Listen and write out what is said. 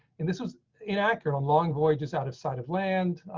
and this was inaccurate on long voyages, out of sight of land.